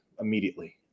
immediately